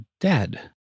dead